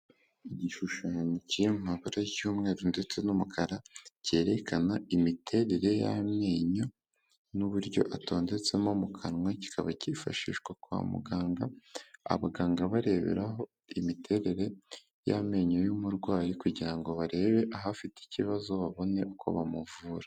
Igishushanyo kiri mu mabara y'umweru ndetse n'umukara cyerekana imiterere y'amenyo n'uburyo atondetsemo mu kanwa kikaba cyifashishwa kwa muganga, abaganga bareberaho imiterere y'amenyo y'umurwayi kugira ngo barebe aho afite ikibazo babone uko bamuvura.